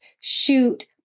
shoot